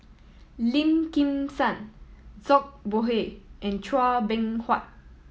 Lim Kim San Zhang Bohe and Chua Beng Huat